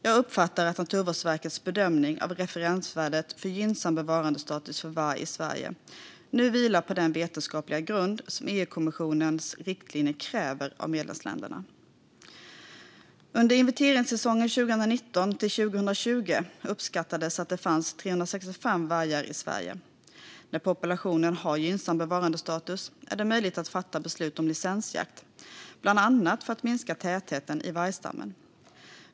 Jag uppfattar att Naturvårdsverkets bedömning av referensvärdet för gynnsam bevarandestatus för vargen i Sverige nu vilar på den vetenskapliga grund som EU-kommissionens riktlinjer kräver av medlemsländerna. Under inventeringssäsongen 2019/2020 uppskattades att det fanns 365 vargar i Sverige. När populationen har gynnsam bevarandestatus är det möjligt att fatta beslut om licensjakt bland annat för att minska tätheten i vargstammen.